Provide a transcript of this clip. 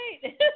great